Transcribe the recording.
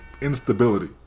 instability